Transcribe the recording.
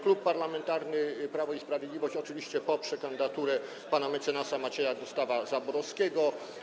Klub Parlamentarny Prawo i Sprawiedliwość oczywiście poprze kandydaturę pana mecenasa Macieja Gustawa Zaborowskiego.